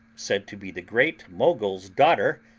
said to be the great mogul's daughter,